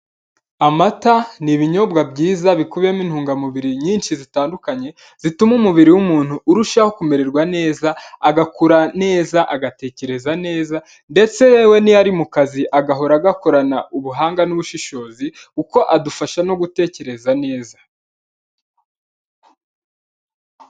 Amata ni'ibinyobwa byiza bikubiyemo intungamubiri nyinshi zitandukanye zituma umubiri w'umuntu urushaho kumererwa neza, agakura neza, agatekereza neza ndetse yewe niyo ari mu kazi agahora agakorana ubuhanga n'ubushishozi kuko adufasha no gutekereza neza.